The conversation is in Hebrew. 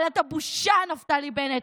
אבל אתה בושה, נפתלי בנט.